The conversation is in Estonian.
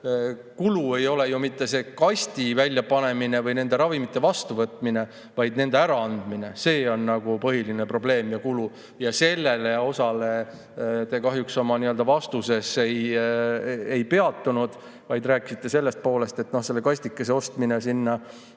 kulu ei [kaasne] ju mitte selle kasti väljapanemise või ravimite vastuvõtmisega, vaid nende äraandmisega. See on põhiline probleem ja kulu. Ja sellel osal te kahjuks oma vastuses ei peatunud, vaid rääkisite sellest poolest, et selle kastikese ostmine sinna